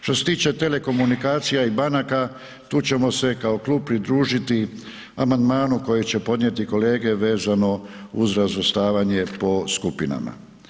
Što se tiče telekomunikacija i banaka tu ćemo se kao klub pridružiti amandmanu koji će podnijeti kolege vezano uz razvrstavanje po skupinama.